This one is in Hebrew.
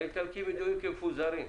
והאיטלקים ידועים כמפוזרים.